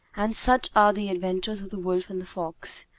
and such are the adventures of the wolf and the fox.